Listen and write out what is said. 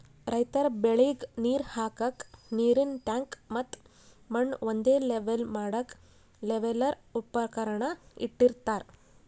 ರೈತರ್ ಬೆಳಿಗ್ ನೀರ್ ಹಾಕ್ಕಕ್ಕ್ ನೀರಿನ್ ಟ್ಯಾಂಕ್ ಮತ್ತ್ ಮಣ್ಣ್ ಒಂದೇ ಲೆವೆಲ್ ಮಾಡಕ್ಕ್ ಲೆವೆಲ್ಲರ್ ಉಪಕರಣ ಇಟ್ಟಿರತಾರ್